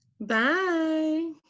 bye